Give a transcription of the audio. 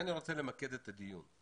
לכן אני רוצה למקד את הדיון.